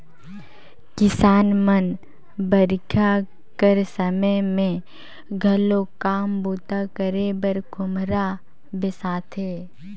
किसान मन बरिखा कर समे मे घलो काम बूता करे बर खोम्हरा बेसाथे